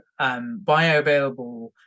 bioavailable